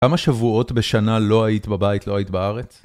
כמה שבועות בשנה לא היית בבית, לא היית בארץ?